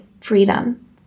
freedom